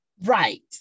Right